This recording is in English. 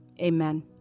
amen